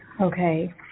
Okay